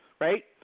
right